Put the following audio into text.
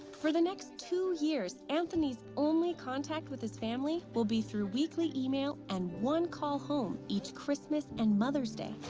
for the next two years, anthony's only contact with his family will be through weekly e-mail and one call home each christmas and mother's day.